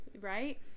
right